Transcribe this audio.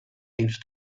dins